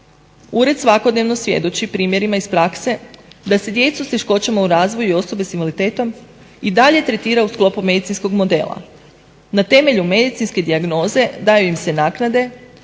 Ured svakodnevno svjedoči primjerima iz prakse da se djecu s teškoćama u razvoju i osobe sa invaliditetom i dalje tretira u sklopu medicinskog modela. Na temelju medicinske dijagnoze daju im se naknade,